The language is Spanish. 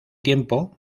tiempo